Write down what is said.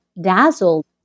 dazzled